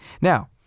Now